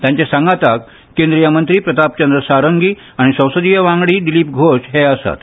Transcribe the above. तांच्या सांगाताक केंद्रीय मंत्री प्रताप चंद्र सारंगी आनी संसदीय वांगडी दिलीप घोश हे आसात